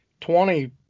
Twenty